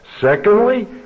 Secondly